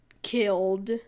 killed